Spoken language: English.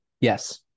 Yes